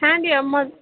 hand எம்மா